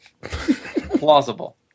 Plausible